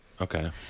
Okay